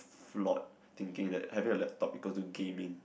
flawed thinking that having a laptop equals to gaming